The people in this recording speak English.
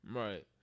right